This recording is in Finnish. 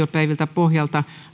pohjalta